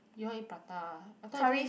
you want to eat prata I thought you say